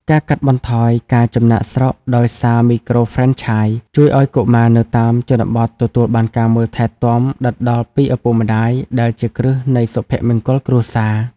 ការកាត់បន្ថយការចំណាកស្រុកដោយសារមីក្រូហ្វ្រេនឆាយ ជួយឱ្យកុមារនៅតាមជនបទទទួលបានការមើលថែទាំដិតដល់ពីឪពុកម្ដាយ ដែលជាគ្រឹះនៃសុភមង្គលគ្រួសារ។